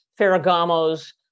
Ferragamo's